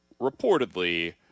reportedly